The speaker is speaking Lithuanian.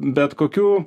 bet kokių